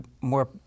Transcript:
more